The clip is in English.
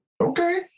Okay